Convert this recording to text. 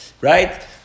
Right